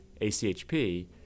ACHP